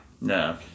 no